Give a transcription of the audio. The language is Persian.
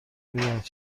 میدانید